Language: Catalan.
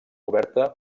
oberta